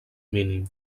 mínim